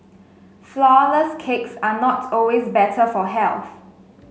flourless cakes are not always better for health